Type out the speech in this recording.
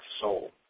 soul